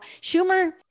Schumer